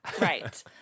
Right